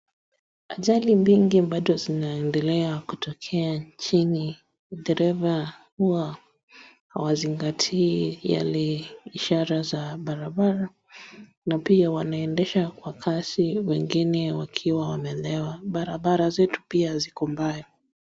Ajali mingi bado zinaendelea kutokea nchini, dereva huwa hawazingatii yale ishara za barabara na pia wanaendesha kwa kasi wengine wakiwa wamelewa. Barabara zetu pia ziko mbaya.